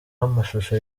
amashusho